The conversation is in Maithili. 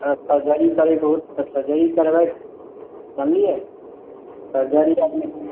अगर सर्जरी करैके होयतै तऽ सर्जरीके करबै जनलियै सर्जरी जानैत छियै